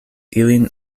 ilin